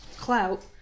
clout